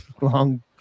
long